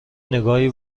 نگاهی